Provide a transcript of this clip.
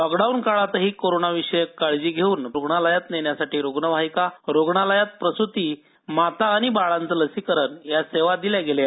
lockdown काळातही corona विषयक काळजी घेऊन रूग्णालयात नेण्यासाठी रुग्णवाहिका रुग्णालयात प्रस्ती माता आणि बाळांचं लसीकरण या सेवा दिल्या गेल्या